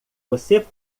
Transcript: você